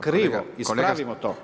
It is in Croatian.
Krivo, ispravimo to!